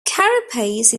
carapace